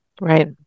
Right